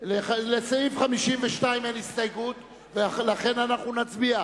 35 נגד, אין נמנעים.